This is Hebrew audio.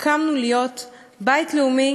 קמנו להיות בית לאומי